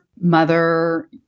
mother